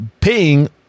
paying